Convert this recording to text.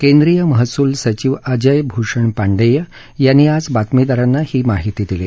केंद्रीय महसूल सचिव अजय भूषण पांडेय यांनी आज बातमीदारांना ही माहिती दिली